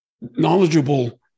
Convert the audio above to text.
knowledgeable